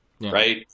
Right